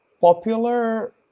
popular